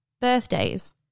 Birthdays